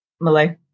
Malay